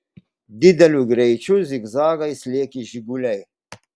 dideliu greičiu zigzagais lėkė žiguliai